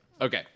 Okay